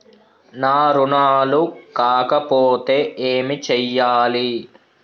నా రుణాలు కాకపోతే ఏమి చేయాలి?